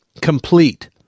complete